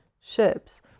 Ships